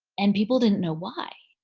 and people didn't know why.